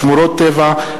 שמורות טבע,